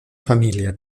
familia